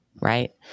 right